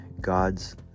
God's